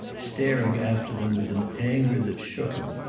staring after them with an anger that shook him.